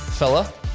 fella